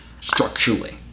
structurally